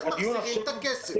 איך מחזירים את הכסף?